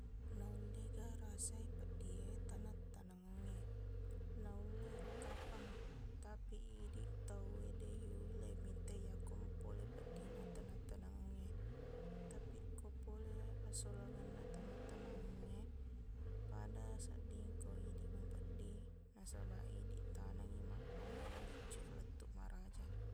Naullega rasai peddi e tanaq-tanangengnge. Naullero kapang. Tapiq idiq tauwe, deq yulle mittai yakko mpole peddina tanaq-tanangengnge. Tapiq ko pole asolangenna tanaq-tanangengnge, pada sedding ko idiq mapeddiq. Nasabaq, idiq tanengngi mappammula biccu lettuq maraja.